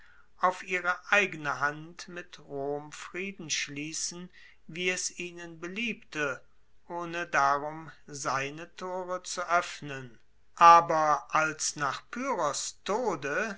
auf ihre eigene hand mit rom frieden schliessen wie es ihnen beliebte ohne darum seine tore zu oeffnen aber als nach pyrrhos tode